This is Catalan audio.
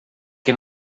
que